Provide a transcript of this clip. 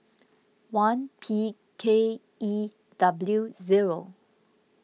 one P K E W zero